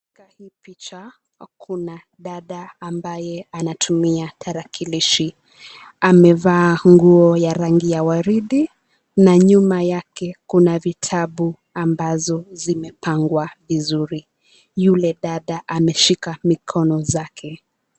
Katika hii picha kuna dada ambaye anatumia tarakilishi amevaa nguo ya rangi ya waridi na nyuma yake kuna vitabu ambazo zimepangwa vizuri yule dada ameshika mikono zake.